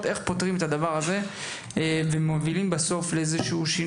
איך פותרים את הדבר הזה ומובילים בסוף לשינוי.